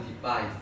device